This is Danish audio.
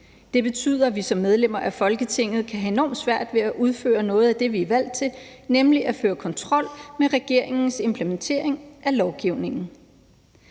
Det betyder, at vi som medlemmer af Folketinget kan have enormt svært ved at udføre noget af det, vi er valgt til, nemlig at føre kontrol med regeringens implementering af lovgivningen.